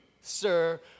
sir